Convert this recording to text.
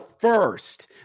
first